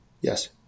Yes